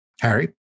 Harry